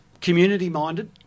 community-minded